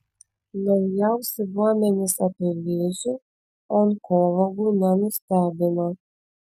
naujausi duomenys apie vėžį onkologų nenustebino